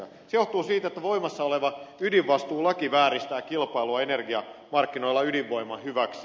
se johtuu siitä että voimassa oleva ydinvastuulaki vääristää kilpailua energiamarkkinoilla ydinvoiman hyväksi